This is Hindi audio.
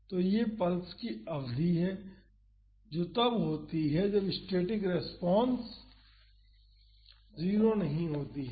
तो यह पल्स की अवधि है जो तब होती है जब स्टैटिक रेस्पॉन्स 0 नहीं होती है